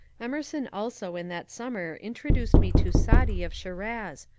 emerson also in that summer introduced me to saadi of schiraz,